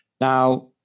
Now